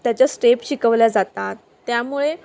त्याच्या स्टेप शिकवल्या जातात त्यामुळे